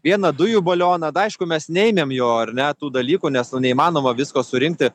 vieną dujų balioną aišku mes neėmėm jo ar ne tų dalykų nes neįmanoma visko surinkti